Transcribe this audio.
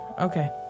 Okay